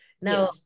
Now